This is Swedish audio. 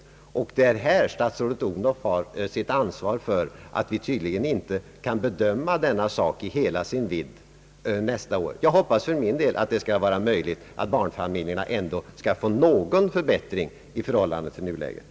Det är i det sammanhanget statsrådet Odhnoff har sitt ansvar för att vi tydligen inte kan bedöma denna fråga i hela dess vidd nästa år. Jag hoppas att barnfamiljerna ändå skall kunna få någon förbättring i förhållande till nuläget.